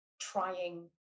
trying